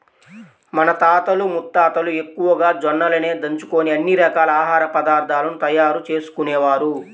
మన తాతలు ముత్తాతలు ఎక్కువగా జొన్నలనే దంచుకొని అన్ని రకాల ఆహార పదార్థాలను తయారు చేసుకునేవారు